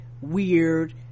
weird